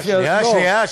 שנייה,